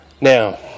Now